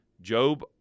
Job